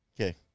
Okay